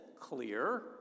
clear